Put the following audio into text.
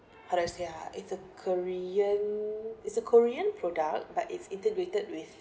how do I say ah it's a korean is a korean product but its integrated with